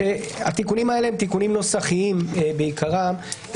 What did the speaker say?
התיקונים האלה הם תיקונים נוסחיים בעיקרם,